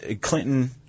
Clinton